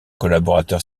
collaborateur